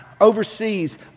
overseas